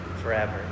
forever